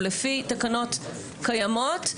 הוא לפי תקנות קיימות,